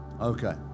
Okay